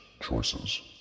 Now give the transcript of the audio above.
choices